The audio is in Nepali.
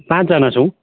पाँचजना छौँ